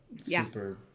super